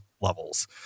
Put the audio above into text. levels